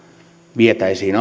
vietäisiin